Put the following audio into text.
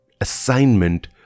assignment